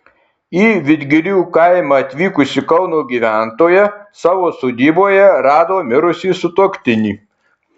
į vidgirių kaimą atvykusi kauno gyventoja savo sodyboje rado mirusį sutuoktinį